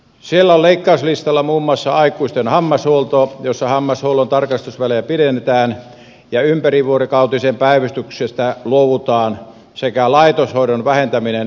siellä on leikkauslistalla muun muassa aikuisten hammashuolto jossa hammashuollon tarkastusvälejä pidennetään ja ympärivuorokautisesta päivystyksestä luovutaan sekä laitoshoidon vähentäminen vanhustenhuollossa